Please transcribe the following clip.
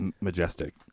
Majestic